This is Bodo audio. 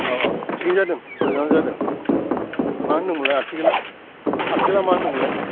औ औ थिगैनो जादों मोजांआनो जादों मा होन्दोंमोलाय आरथिखोला आरथिखोला मा होन्दोंमोनलाय